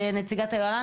כנציגת היוהל"ן,